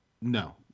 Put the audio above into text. no